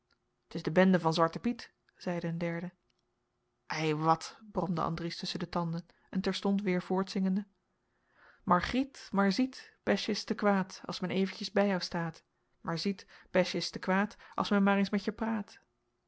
t is de bende van zwarten piet zeide een derde ei wat bromde andries tusschen de tanden en terstond weêr voortzingende margriet maar ziet besjen is te kwaad als men eventjes bij jou staat maar ziet besjen is te kwaad als men maar eens met jou praat